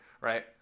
right